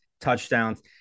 touchdowns